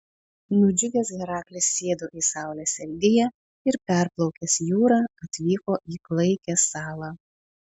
nudžiugęs heraklis sėdo į saulės eldiją ir perplaukęs jūrą atvyko į klaikią salą